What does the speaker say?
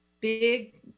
big